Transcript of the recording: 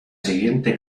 siguiente